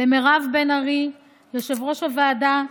למירב בן ארי, יושבת-ראש הוועדה,